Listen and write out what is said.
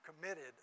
committed